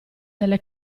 delle